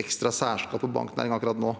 ekstra særskatt på banknæringen akkurat nå.